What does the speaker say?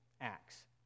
Acts